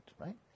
right